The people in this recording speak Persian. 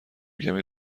کمی